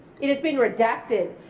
it has been redacted.